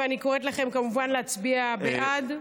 ואני קוראת לכם כמובן להצביע בעד.